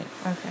Okay